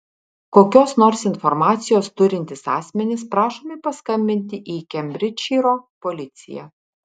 kokios nors informacijos turintys asmenys prašomi paskambinti į kembridžšyro policiją